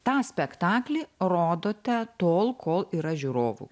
tą spektaklį rodote tol kol yra žiūrovų